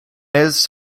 his